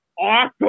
awesome